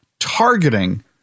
targeting